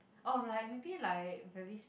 or mm like maybe like very